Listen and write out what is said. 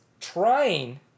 trying